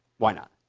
why not?